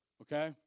Okay